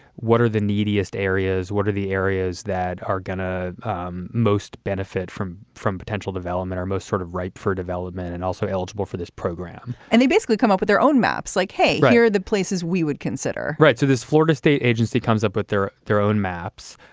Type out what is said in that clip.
what are the neediest areas? what are the areas that are going to um most benefit from from potential development or most sort of ripe for development and also eligible for this program? and they basically come up with their own maps like, hey, yeah are the places we would consider right. so this florida state agency comes up with their their own maps.